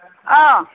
अ